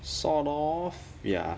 sort of ya